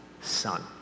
son